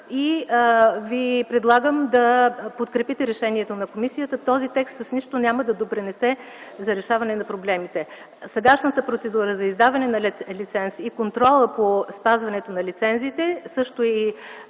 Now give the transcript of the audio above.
Предлагам Ви да подкрепите решението на комисията. Този текст с нищо няма да допринесе за решаване на проблемите. Сегашната процедура – за издаване на лиценз, и контролът по спазването на лицензите, а също